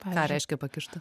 ką reiškia pakišta